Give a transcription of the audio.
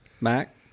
Mac